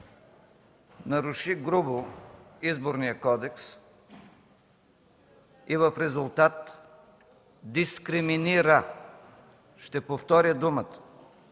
наруши грубо Изборния кодекс и в резултат дискриминира – ще повторя думата